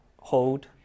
hold